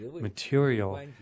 material